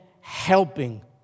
helping